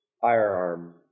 firearm